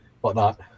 whatnot